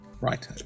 Right